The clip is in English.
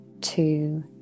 two